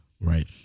right